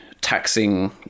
taxing